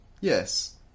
Yes